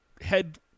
head